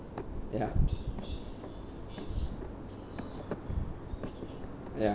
ya ya